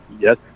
Yes